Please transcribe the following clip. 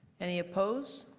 any opposed?